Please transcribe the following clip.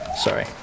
Sorry